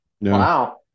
Wow